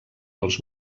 els